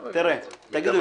תגידו,